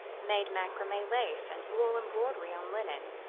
made macrame lace and wool embroidery on linen,